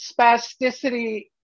spasticity